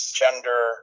gender